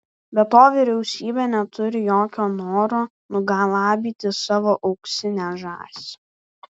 be to vyriausybė neturi jokio noro nugalabyti savo auksinę žąsį